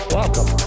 Welcome